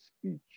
speech